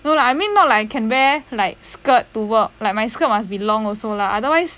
no lah I mean not like I can wear like skirt to work like my skirt must be long also lah otherwise